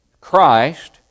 Christ